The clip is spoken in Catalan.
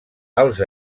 els